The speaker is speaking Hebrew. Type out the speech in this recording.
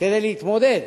כדי להתמודד